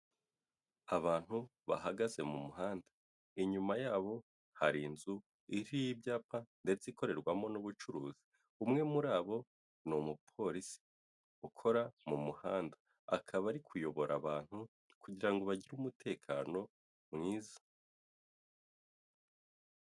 Abantu bahagaze mu muhanda, inyuma yabo hari inzu iriho ibyapa ndetse ikorerwamo n'ubucuruzi, umwe muri bo ni umupolisi ukora mu muhanda, akaba ari kuyobora abantu kugira ngo bagire umutekano mwiza.